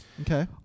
Okay